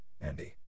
Andy